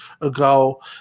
ago